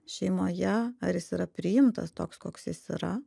šeimoje ar jis yra priimtas toks koks jis yra